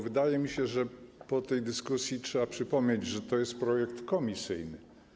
Wydaje mi się, że po tej dyskusji trzeba przypomnieć, że to jest projekt komisyjny.